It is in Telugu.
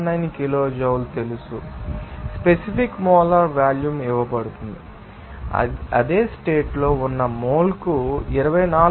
79 కిలోజౌల్ తెలుసా మరియు స్పెసిఫిక్ మోలార్ వాల్యూమ్ ఇవ్వబడుతుంది అదే స్టేట్ లో ఉన్న మోల్కు 24